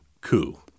coup